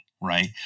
right